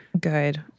Good